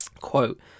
Quote